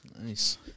Nice